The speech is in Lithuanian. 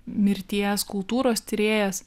mirties kultūros tyrėjas